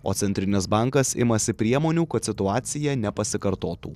o centrinis bankas imasi priemonių kad situacija nepasikartotų